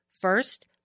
First